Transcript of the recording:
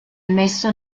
messo